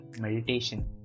meditation